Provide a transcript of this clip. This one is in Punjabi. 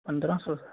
ਪੰਦਰਾਂ ਸੌ